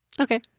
okay